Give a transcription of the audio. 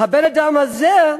האדם הזה,